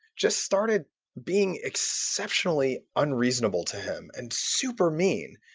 just started being exceptionally unreasonable to him and super mean.